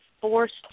forced